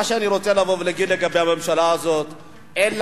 מה שאני רוצה לבוא ולומר לגבי הממשלה הזאת הוא,